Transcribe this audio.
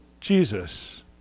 Jesus